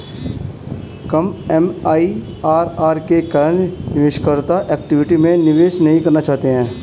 कम MIRR के कारण निवेशकर्ता इक्विटी में निवेश नहीं करना चाहते हैं